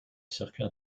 circuit